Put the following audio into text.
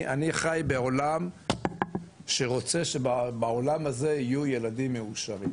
אני חי בעולם שרוצה שבעולם הזה יהיו ילדים מאושרים.